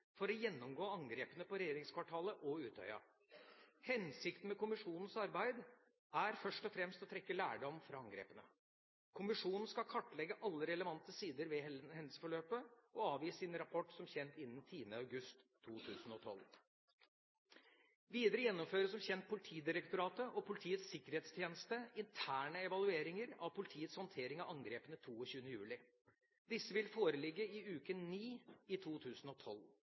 for å gjennomgå angrepene på regjeringskvartalet og Utøya. Hensikten med kommisjonens arbeid er først og fremst å trekke lærdom fra angrepene. Kommisjonen skal kartlegge alle relevante sider ved hendelsesforløpet og avgi sin rapport, som kjent, innen 10. august 2012. Videre gjennomfører som kjent Politidirektoratet og Politiets sikkerhetstjeneste interne evalueringer av politiets håndtering av angrepene 22. juli. Disse vil foreligge i uke 9 i 2012.